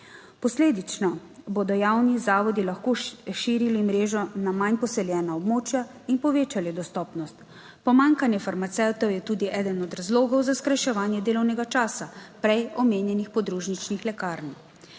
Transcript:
16.15 (nadaljevanje) lahko širili mrežo na manj poseljena območja in povečali dostopnost. Pomanjkanje farmacevtov je tudi eden od razlogov za skrajševanje delovnega časa prej omenjenih podružničnih lekarn.